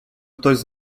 ktoś